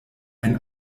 ein